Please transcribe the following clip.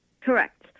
Correct